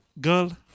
girl